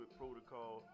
protocol